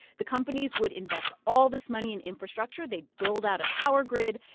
the companies would invest all this money in infrastructure. they'd build out a power grid.